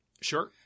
Sure